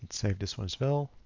save this one as well.